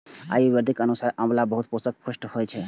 आयुर्वेदक अनुसार आंवला बहुत पौष्टिक फल होइ छै